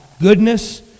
goodness